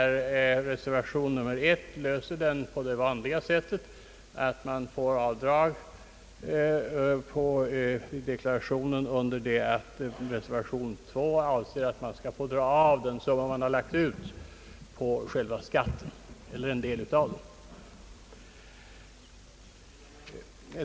Reservation 1 gör det på det vanliga sättet, nämligen genom att föreslå att avdrag får göras på deklarationen, under det att reservation 2 går ut på att man skall få dra av den summa man lagt ut eller en del därav på själva skatten.